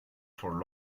for